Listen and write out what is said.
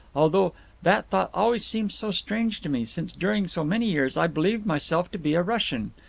although that thought always seems so strange to me since during so many years i believed myself to be a russian.